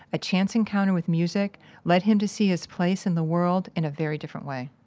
a chance encounter with music led him to see his place in the world in a very different way